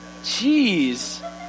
Jeez